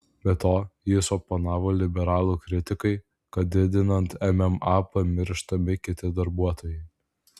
be to jis oponavo liberalų kritikai kad didinant mma pamirštami kiti darbuotojai